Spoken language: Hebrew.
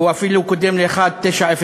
והוא אפילו קודם ל-1901.